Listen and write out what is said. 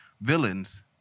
villains